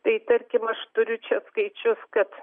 tai tarkim aš turiu čia skaičius kad